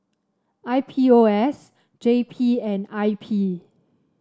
I P O S J P and I P